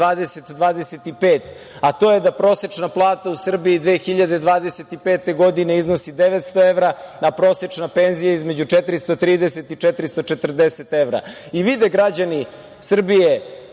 2025“, a to je da prosečna plata u Srbiji 2025. godine iznosi 900 evro, da prosečna penzija između 430 i 440 evra. Vide građani Srbije